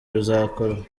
bizakorwa